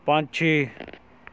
ਪੰਛੀ